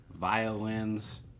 violins